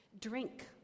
drink